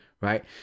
right